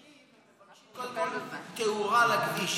התושבים מבקשים קודם כול תאורה לכביש.